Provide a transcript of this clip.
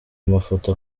amafoto